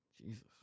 Jesus